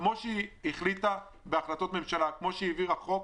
כמו שהיא החליטה בהחלטות ממשלה וכפי שהיא העבירה חוק,